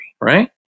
right